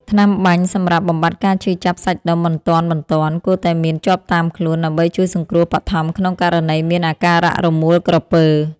ថ្នាំបាញ់សម្រាប់បំបាត់ការឈឺចាប់សាច់ដុំបន្ទាន់ៗ គួរតែមានជាប់តាមខ្លួន ដើម្បីជួយសង្គ្រោះបឋមក្នុងករណីមានអាការរមួលក្រពើ។